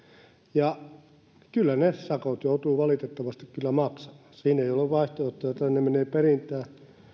ja kyllä ne sakot joutuu valitettavasti maksamaan siinä ei ole vaihtoehtoja tai ne menevät perintään